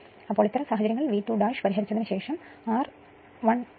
അതിനാൽ അത്തരം സാഹചര്യങ്ങളിൽ V2 പരിഹരിച്ചതിന് ശേഷം R193